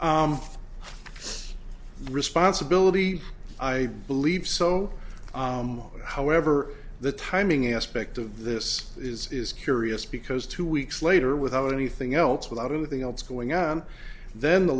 its responsibility i believe so however the timing aspect of this is curious because two weeks later without anything else without anything else going on then the